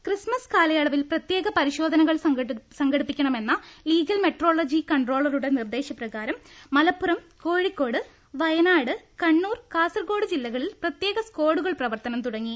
Christmas കാലയളവിൽ പ്രത്യേക പരിശോധനകൾ സംഘടിപ്പിക്കണമെന്ന ലീഗൽ മെട്രോളജി കൺട്രോളറുടെ നിർദ്ദേശപ്രകാരം മലപ്പുറം കോഴിക്കോട് വയനാട് കണ്ണൂർ കാസറഗോഡ് ജില്ലകളിൽ പ്രത്യേക സ്കാഡുകൾ പ്രവർത്തനം തുടങ്ങി